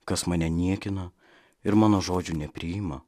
kas mane niekina ir mano žodžių nepriima